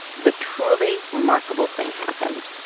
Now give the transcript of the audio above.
the truly remarkable thing happened.